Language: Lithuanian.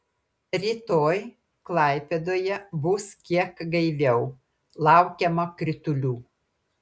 rytoj klaipėdoje bus kiek gaiviau laukiama kritulių